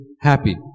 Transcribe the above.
happy